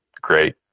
great